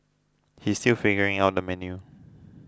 he is still figuring out the menu